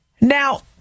now